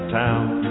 town